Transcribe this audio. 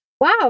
Wow